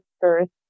first